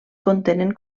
contenen